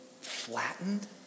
flattened